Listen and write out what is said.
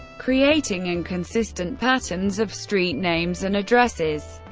creating inconsistent patterns of street names and addresses.